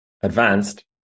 advanced